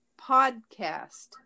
podcast